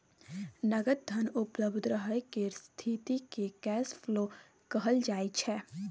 नगद धन उपलब्ध रहय केर स्थिति केँ कैश फ्लो कहल जाइ छै